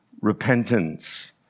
repentance